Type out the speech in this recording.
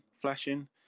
flashing